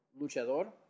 luchador